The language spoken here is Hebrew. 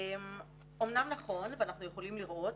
אמנם נכון, אנחנו יכולים לראות